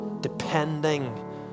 depending